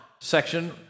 section